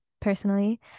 personally